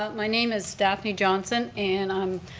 um my name is daphne johnson and i'm